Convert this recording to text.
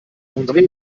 andre